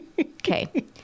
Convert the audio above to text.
Okay